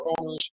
owners